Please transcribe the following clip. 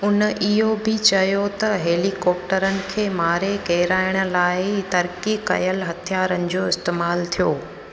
हुन इहो बि चयो त हेलीकॉप्टरनि खे मारे किराइण लाइ तरक़ी कयल हथियारनि जो इस्तमालु थियो